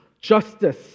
justice